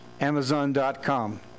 Amazon.com